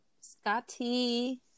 scotty